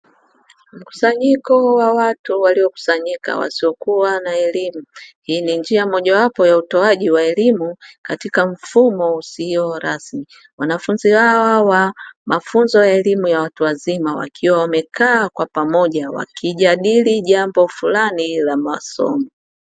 Mkusanyiko wa watu waliokusanyika wasiokuwa na elimu. Hii ni njia mojawapo ya utoaji wa elimu katika mfumo usio rasmi. Wanafunzi hawa wa mafunzo ya elimu ya watu wazima, wakiwa wamekaa kwa pamoja wakijadili jambo fulani la masomo.